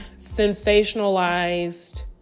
sensationalized